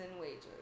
wages